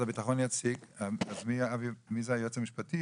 כמו שאדוני אמר,